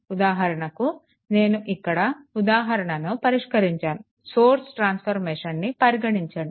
ఉదాహరణకు నేను ఇక్కడ ఒక ఉదాహరణను పరిష్కరించాను సోర్స్ ట్రాన్స్ఫర్మేషన్ని పరిగణించండి